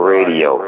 Radio